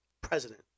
President